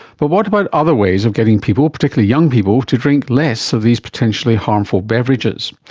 but what about other ways of getting people, particularly young people, to drink less of these potentially harmful beverages?